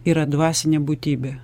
yra dvasinė būtybė